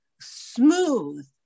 smooth